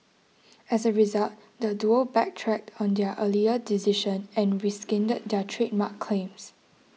as a result the duo backtracked on their earlier decision and rescinded their trademark claims